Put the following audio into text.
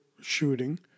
shooting